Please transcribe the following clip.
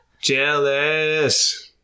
Jealous